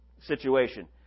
situation